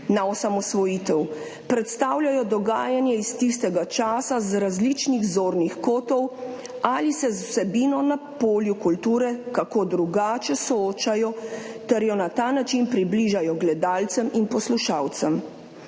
na osamosvojitev, predstavljajo dogajanje iz tistega časa z različnih zornih kotov ali se z vsebino na polju kulture kako drugače soočajo ter jo na ta način približajo gledalcem in poslušalcem.